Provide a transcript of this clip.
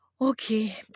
Okay